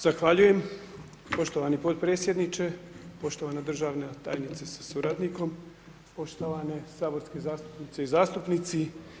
Zahvaljujem poštovani potpredsjedniče, poštovana državna tajnice sa suradnikom, poštovane saborski zastupnice i zastupnici.